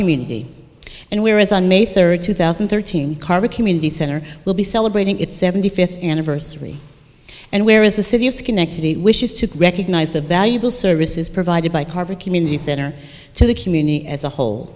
community and whereas on may third two thousand and thirteen carver community center will be celebrating its seventy fifth anniversary and where is the city of schenectady wishes to recognize the valuable services provided by carver community center to the community as a whole